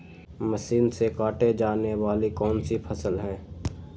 Machine से काटे जाने वाली कौन सी फसल है?